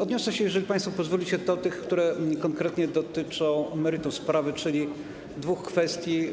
Odniosę się, jeżeli państwo pozwolicie, do tych, które konkretnie dotyczą meritum sprawy, czyli dwóch kwestii,